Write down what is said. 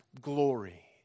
glory